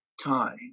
time